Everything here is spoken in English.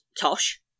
Tosh